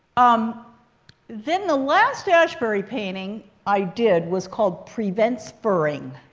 um then, the last ashbury painting i did was called prevents furring.